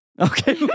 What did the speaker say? Okay